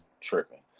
tripping